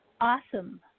Awesome